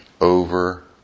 over